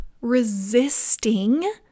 resisting